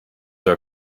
are